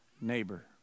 neighbor